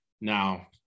Now